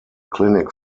clinic